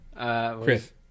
Chris